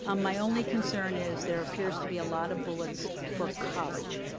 um my only concern is there appears to be a lotta bullets for college,